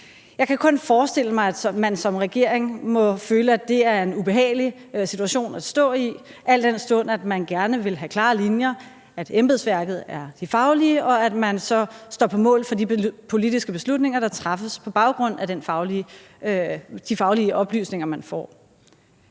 Jeg kan kun forestille mig, at man som regering må føle, at det er en ubehagelig situation at stå i, al den stund at man gerne vil have klare linjer – at embedsværket er de faglige, og at man så står på mål for de politiske beslutninger, der træffes på baggrund af de faglige oplysninger, man får.